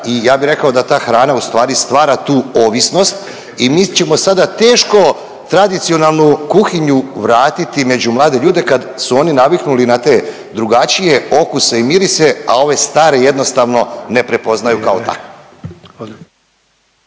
i ja bi rekao da ta hrana ustvari stvara tu ovisnost i mi ćemo sada teško tradicionalnu kuhinju vratiti među mlade ljude kad su oni naviknuli na te drugačije okuse i mirise, a ove star jednostavno ne prepoznaju kao takve